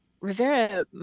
Rivera